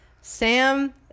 sam